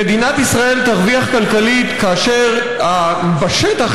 מדינת ישראל תרוויח כלכלית כאשר בשטח